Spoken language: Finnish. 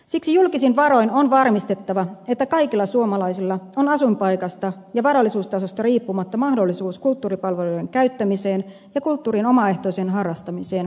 siksi julkisin varoin on varmistettava että kaikilla suomalaisilla on asuinpaikasta ja varallisuustasosta riippumatta mahdollisuus kulttuuripalveluiden käyttämiseen ja kulttuurin omaehtoiseen harrastamiseen jo tänään